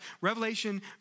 Revelation